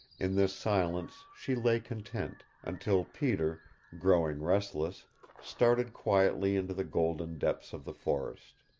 in this silence she lay content, until peter growing restless started quietly into the golden depths of the forest.